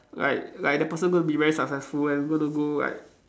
like like the person going to be very successful and able to go like